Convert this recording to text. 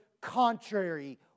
contrary